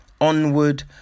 Onward